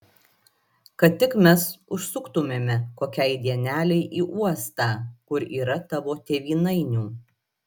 kad tik mes užsuktumėme kokiai dienelei į uostą kur yrą tavo tėvynainių